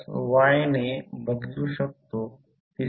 तर 10 3 100 cos 400 t d t जर हे इंटिग्रेट केले तर ∅12 0